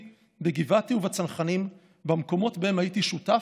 בגבעתי ובצנחנים במקומות שבהם הייתי שותף,